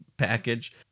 Package